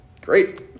great